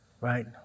right